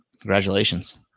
congratulations